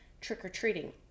trick-or-treating